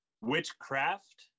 Witchcraft